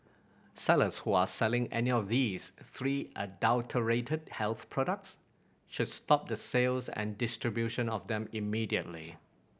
sellers who are selling any of these three adulterated health products should stop the sales and distribution of them immediately